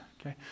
okay